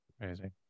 Amazing